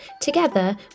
Together